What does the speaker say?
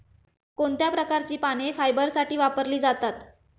कोणत्या प्रकारची पाने फायबरसाठी वापरली जातात?